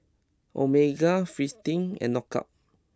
Omega Fristine and Knockout